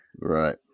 Right